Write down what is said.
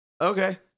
Okay